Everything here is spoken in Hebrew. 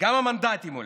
גם המנדטים עולים.